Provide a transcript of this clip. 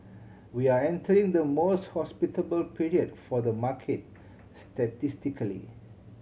we are entering the most hospitable period for the market statistically